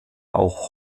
auch